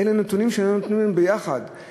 אלה נתונים שנותנים לנו יחד,